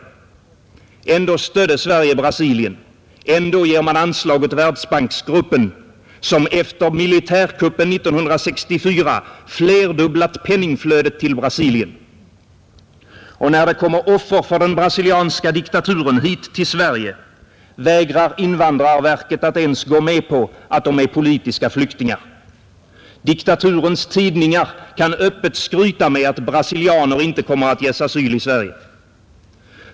Och ändå stödde Sverige Brasilien, ändå ger man anslag åt Världsbanksgruppen, som efter militärkuppen 1964 flerdubblat penningflödet till Brasilien. Och när det kommer offer för den brasilianska diktaturen hit till Sverige, vägrar invandrarverket att ens gå med på att de är politiska flyktingar. Diktaturens tidningar kan öppet skryta med att brasilianer inte kommer att ges asyl i Sverige.